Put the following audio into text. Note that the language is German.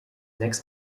sechs